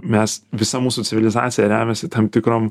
mes visa mūsų civilizacija remiasi tam tikrom